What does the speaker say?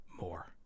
more